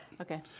Okay